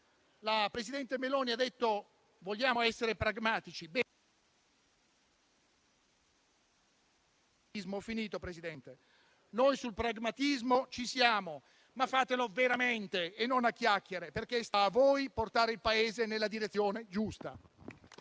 La presidente Meloni ha detto che vogliono essere pragmatici. Noi sul pragmatismo ci siamo, ma fatelo veramente e non a chiacchiere, perché sta a voi portare il Paese nella direzione giusta.